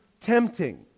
tempting